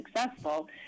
successful